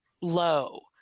low